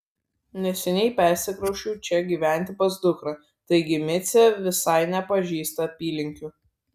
neseniai persikrausčiau čia gyventi pas dukrą taigi micė visai nepažįsta apylinkių